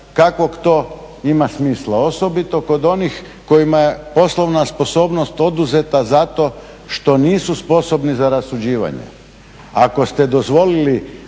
kakvog to ima smisla